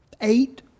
eight